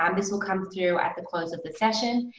um this will come through at the close of the session,